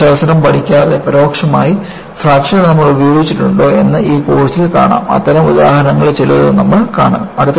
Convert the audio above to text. ഗണിത ശാസ്ത്രം പഠിക്കാതെ പരോക്ഷമായി ഫ്രാക്ചർ നമ്മൾ ഉപയോഗിച്ചിട്ടുണ്ടോ എന്ന് ഈ കോഴ്സിൽ കാണാം അത്തരം ഉദാഹരണങ്ങളിൽ ചിലത് നമ്മൾ കാണും